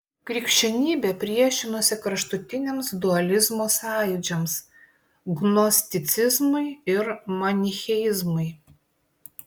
krikščionybė priešinosi kraštutiniams dualizmo sąjūdžiams gnosticizmui ir manicheizmui